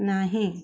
ନାହିଁ